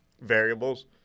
variables